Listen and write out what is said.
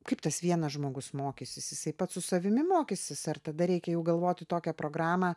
kaip tas vienas žmogus mokysis jisai pats su savimi mokysis ar tada reikia jau galvoti tokią programą